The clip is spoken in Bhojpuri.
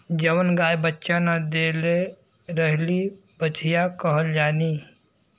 जवन गाय बच्चा न देले रहेली बछिया कहल जाली